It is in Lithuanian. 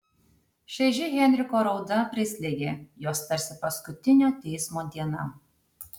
šaiži henriko rauda prislėgė juos tarsi paskutinio teismo diena